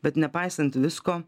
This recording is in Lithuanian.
bet nepaisant visko